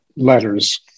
letters